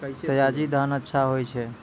सयाजी धान अच्छा होय छै?